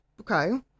Okay